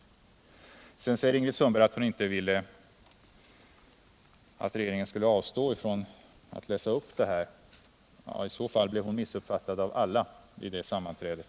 Ingrid Sundberg säger vidare att hon inte vill att regeringen skall avstå från att läsa upp detta. I så fall blev hon missuppfattad av alla vid det sammanträdet.